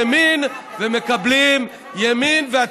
הימין בא למשול באקדמיה,